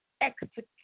Execute